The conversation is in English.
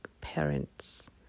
parents